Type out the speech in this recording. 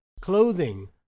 clothing